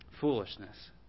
Foolishness